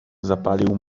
zapalił